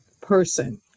person